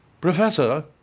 Professor